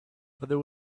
there